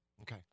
Okay